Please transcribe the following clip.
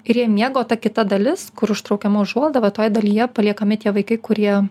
ir jie miega o ta kita dalis kur užtraukiama užuolaida va toj dalyje paliekami tie vaikai kurie